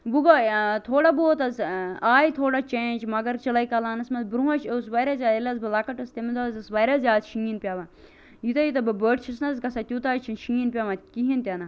وۄنۍ گوٚو یہ تھوڑا بہت حظ آے تھورا چینٛج مگر چلے کَلانَس مَنٛز برونٛہہ حظ چھ واریاہ زیادٕ ییٚلہِ حظ بہٕ لَکٕٹ ٲسٕس تمن دۄہن حظ اوس واریاہ زیادٕ شیٖن پیٚوان یوتاہ یوتاہ بہٕ بٔڑ چھُس نہ حظ گَژھان تیوتاہ حظ چھُ نہ شیٖن پیٚوان کِہیٖنۍ تہِ نہٕ